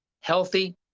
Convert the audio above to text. healthy